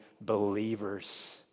believers